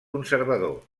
conservador